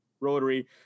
rotary